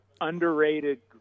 underrated